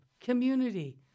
community